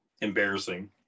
embarrassing